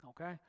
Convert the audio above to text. okay